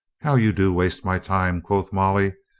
how you do waste my time, quoth molly.